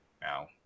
now